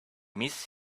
miss